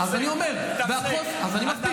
אז אני אומר, תפסיק, אתה לא משכנע.